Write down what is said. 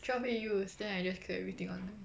twelve A_Us then I just clear everything online